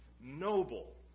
noble